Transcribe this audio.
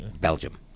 Belgium